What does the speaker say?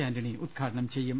ആന്റണി ഉദ്ഘാടനം ചെയ്യും